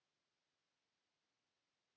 Kiitos.